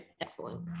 excellent